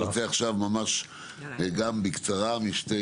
אני רוצה עכשיו לשמוע בקצרה משתי